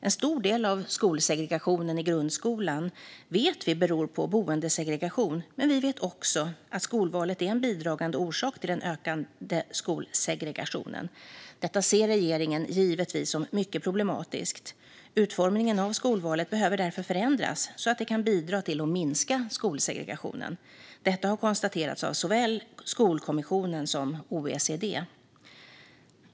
En stor del av skolsegregationen i grundskolan vet vi beror på boendesegration, men vi vet också att skolvalet är en bidragande orsak till den ökande skolsegregationen. Detta ser regeringen givetvis som mycket problematiskt. Utformningen av skolvalet behöver därför förändras så att den kan bidra till att minska skolsegregationen. Detta har konstaterats av såväl Skolkommissionen som OECD.